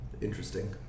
Interesting